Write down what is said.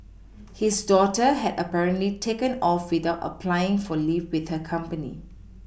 his daughter had apparently taken off without applying for leave with her company